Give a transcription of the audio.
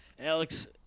Alex